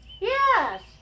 Yes